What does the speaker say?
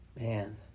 Man